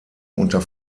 unter